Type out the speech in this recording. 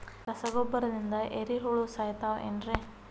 ರಸಗೊಬ್ಬರದಿಂದ ಏರಿಹುಳ ಸಾಯತಾವ್ ಏನ್ರಿ?